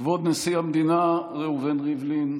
כבוד נשיא המדינה ראובן ריבלין,